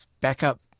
backup